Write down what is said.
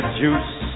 juice